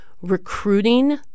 recruiting